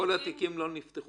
"כל עוד התיקים לא נפתחו",